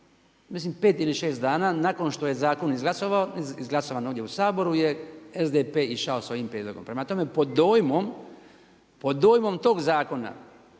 mislim 5 ili 6 dana nakon što je zakon izglasan ovdje u Saboru, je SDP išao s ovim prijedlogom. Prema tome pod dojmom tog zakona